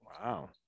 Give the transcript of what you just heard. Wow